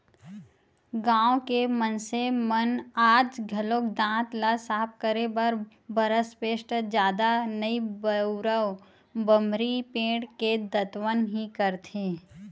गाँव के मनसे मन आज घलोक दांत ल साफ करे बर बरस पेस्ट जादा नइ बउरय बमरी पेड़ के दतवन ही करथे